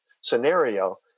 scenario